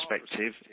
perspective